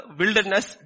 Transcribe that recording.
wilderness